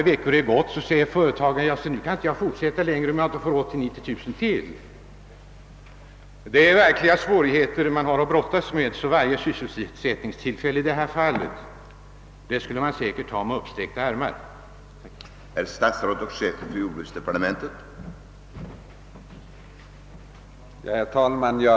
När den tiden har gått säger företagaren: »Ja, se nu kan jag inte fortsätta längre om jag inte får ytterligare ett kraftigt ekonomiskt bidrag.» Det är verkliga svårigheter man har att brottas med, och därför skulle man säkert ta emot varje nytt sysselsättningstillfälle med uppsträckta armar, hur litet detta än må vara.